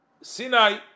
Sinai